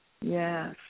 Yes